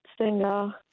Singer